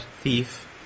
Thief